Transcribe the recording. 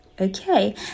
okay